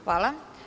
Hvala.